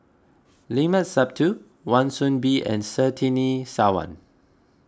Limat Sabtu Wan Soon Bee and Surtini Sarwan